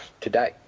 today